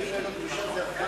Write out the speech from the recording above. גימ"ל לא דגושה זה ע'ימ"ל.